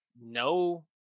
no